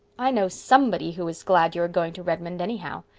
i know somebody who is glad you are going to redmond anyhow.